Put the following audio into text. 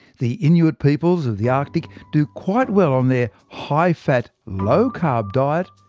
the inuit peoples of the arctic do quite well on their high-fat low-carb diet,